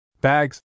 Bags